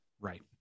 right